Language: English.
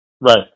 Right